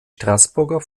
straßburger